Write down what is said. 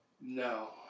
no